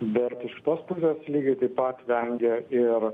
bet iš kitos pusės lygiai taip pat vengia ir